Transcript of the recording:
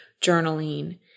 journaling